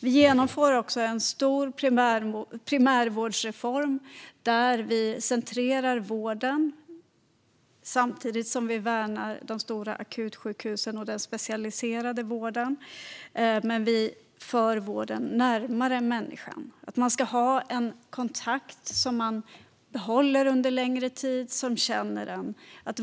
Vi genomför också en stor primärvårdsreform där vi centrerar vården samtidigt som vi värnar de stora akutsjukhusen och den specialiserade vården. Vi för vården närmare människan. Man ska ha en kontakt som man behåller under en längre tid och som känner en.